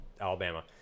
Alabama